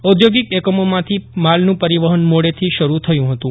ઔદ્યોગિક એકમોમાંથી માલનું પરિવહન મોડેથી શરૂ થયું હતું